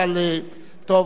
אבל טוב,